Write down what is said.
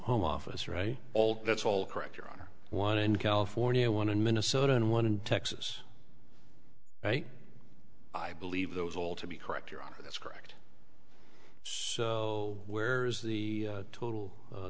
home office right all that's all correct your honor one in california one in minnesota and one in texas i believe those all to be correct your honor that's correct so where's the total